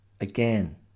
again